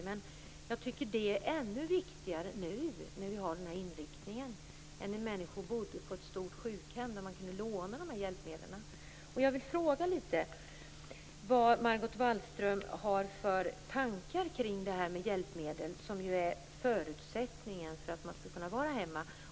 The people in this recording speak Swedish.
Men hjälpmedlen är ännu viktigare nu med denna inriktning än de var när människor bodde på ett stort sjukhem där det gick att låna hjälpmedel. Jag vill fråga vad Margot Wallström har för tankar kring detta med hjälpmedel, som ju är förutsättningen för att man skall kunna bo hemma.